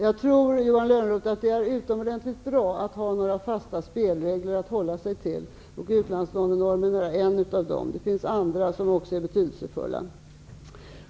Fru talman! Det är utomordentligt bra, Johan Lönnroth, att ha fasta spelregler att hålla sig till. Utlandslånenormen är en av dem. Det finns andra som också är betydelsefulla.